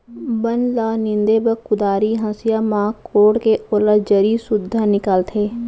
बन ल नींदे बर कुदारी, हँसिया म कोड़के ओला जरी सुद्धा निकालथें